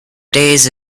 days